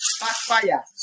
Backfire